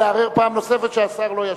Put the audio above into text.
להרהר פעם נוספת שהשר לא ישיב.